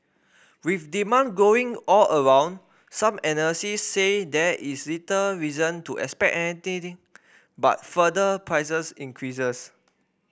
with demand growing all around some analysis say there is little reason to expect anything but further prices increases